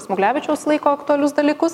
smuglevičiaus laiko aktualius dalykus